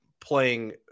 playing